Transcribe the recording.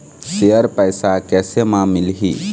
Share पैसा कैसे म मिलही?